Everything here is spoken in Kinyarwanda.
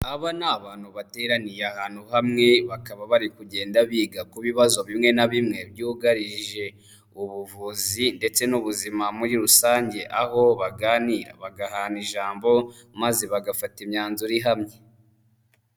Aba ni abantu bateraniye ahantu hamwe, bakaba bari kugenda biga ku bibazo bimwe na bimwe byugarije ubuvuzi ndetse n'ubuzima muri rusange aho baganira bagahana ijambo maze bagafata imyanzuro ihamye.